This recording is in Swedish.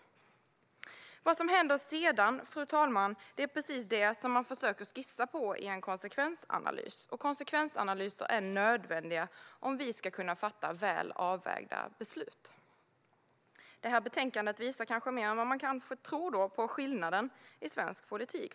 Vad som händer sedan är precis det man försöker skissa på i konsekvensanalyser. Och konsekvensanalyser är nödvändiga för att vi ska kunna fatta väl avvägda beslut. I det här betänkandet kan man kanske mer än man tror se skillnaden i svensk politik.